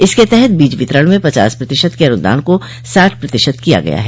इसके तहत बीज वितरण में पचास प्रतिशत के अनुदान को साठ प्रतिशत किया गया है